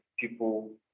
people